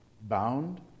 bound